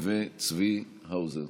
בעד, צבי האוזר,